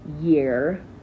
year